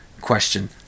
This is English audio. question